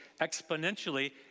exponentially